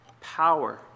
power